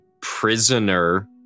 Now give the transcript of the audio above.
Prisoner